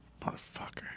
motherfucker